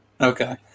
Okay